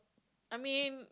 I mean